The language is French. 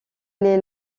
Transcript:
est